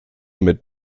mit